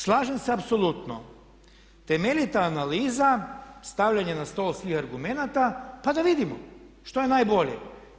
Slažem se apsolutno, temeljita analiza, stavljanje na stol svih argumenata pa da vidimo što je najbolje.